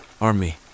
Army